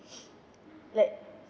like